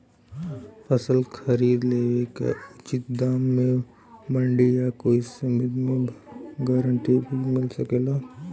फसल खरीद लेवे क उचित दाम में मंडी या कोई समिति से गारंटी भी मिल सकेला?